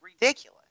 ridiculous